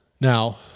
Now